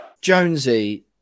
Jonesy